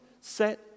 set